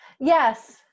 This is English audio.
Yes